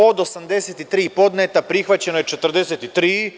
Od 83 podneta prihvaćeno je 43.